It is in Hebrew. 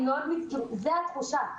זו התחושה,